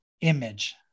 image